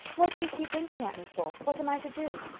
what do you keep winking at me for? what am i to do?